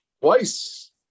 twice